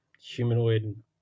humanoid